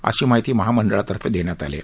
अशी माहिती महामंडळातर्फे देण्यात आली आहे